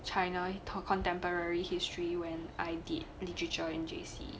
China con~ contemporary history when I did literature in J_C